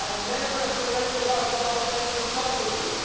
never ah surrender our parliamentary sovereignty.